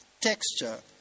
texture